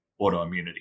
autoimmunity